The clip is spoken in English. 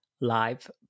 live